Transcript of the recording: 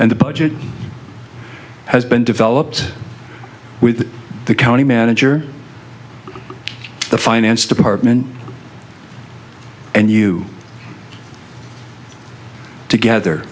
and the budget has been developed with the county manager the finance department and you together